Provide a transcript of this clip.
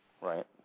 Right